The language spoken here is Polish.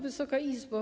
Wysoka Izbo!